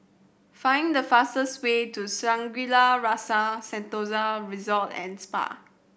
find the fastest way to Shangri La's Rasa Sentosa Resort and Spa